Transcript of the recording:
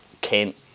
Kent